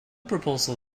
proposal